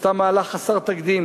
עשתה מהלך חסר תקדים